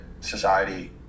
society